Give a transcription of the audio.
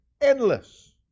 endless